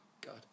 God